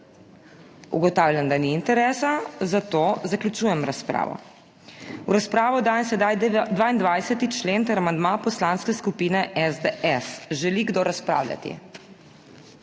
Ugotavljam, da ni interesa, zato zaključujem razpravo. V razpravo dajem sedaj 22. člen ter amandma Poslanske skupine SDS. Želi kdo razpravljati?